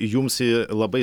jums ji labai